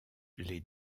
les